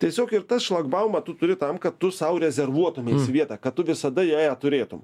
tiesiog ir tas šlagbaumą tu turi tam kad tu sau rezervuotumeis vietą kad tu visada jąją turėtum